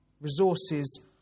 resources